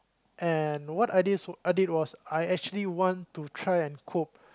and what I did so I did was I actually want to try and cope